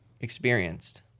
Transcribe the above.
experienced